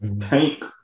Tank